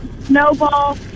snowball